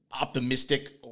optimistic